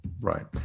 right